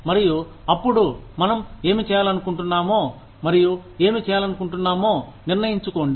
మరియు అప్పుడు మనం ఏమి చేయాలనుకుంటున్నామో మరియు ఏమి చేయాలనుకుంటున్నామో నిర్ణయించుకోండి